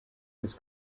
his